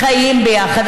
חיות ביחד,